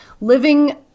living